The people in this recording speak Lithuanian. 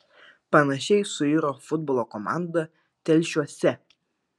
panašiai suiro futbolo komanda telšiuose